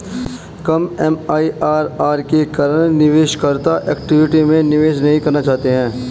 कम MIRR के कारण निवेशकर्ता इक्विटी में निवेश नहीं करना चाहते हैं